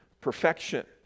perfection